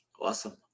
awesome